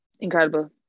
incredible